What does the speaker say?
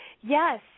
Yes